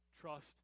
trust